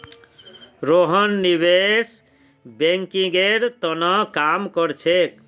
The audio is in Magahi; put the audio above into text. रोहन निवेश बैंकिंगेर त न काम कर छेक